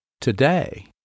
today